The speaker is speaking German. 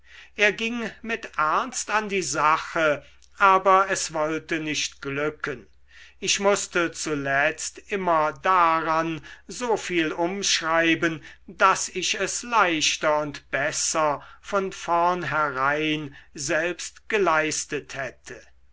er ging mit ernst an die sache aber es wollte nicht glücken ich mußte zuletzt immer daran so viel umschreiben daß ich es leichter und besser von vornherein selbst geleistet hätte